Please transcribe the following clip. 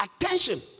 attention